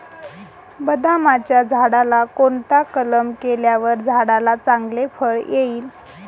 बदामाच्या झाडाला कोणता कलम केल्यावर झाडाला चांगले फळ येईल?